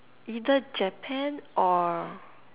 either Japan or